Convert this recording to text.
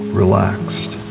relaxed